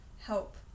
help